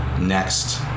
next